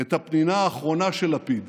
את הפנינה האחרונה של לפיד.